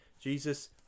Jesus